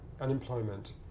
unemployment